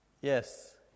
Yes